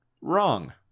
Wrong